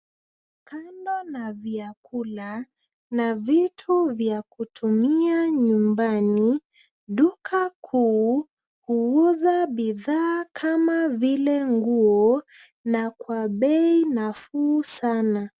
Kando na vyakula na vitu vya kutumia nyumbani, duka kuu huuza bidhaa kama vile nguo na kwa bei nafuu sana.